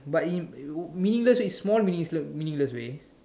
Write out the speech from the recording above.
but in uh meaningless it's more meaningless meaningless way